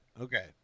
okay